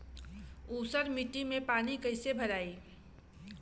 ऊसर मिट्टी में पानी कईसे भराई?